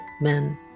men